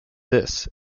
this